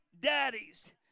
daddies